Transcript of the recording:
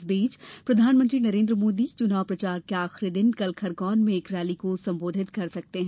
इस बीच प्रधानमंत्री नरेंद्र मोदी चुनाव प्रचार के आखिरी दिन कल खरगोन में एक रैली को संबोधित कर सकते हैं